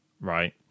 right